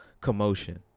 commotion